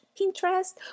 Pinterest